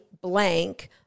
blank